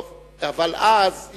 כן.